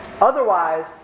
Otherwise